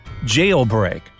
jailbreak